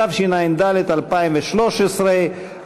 התשע"ד 2013,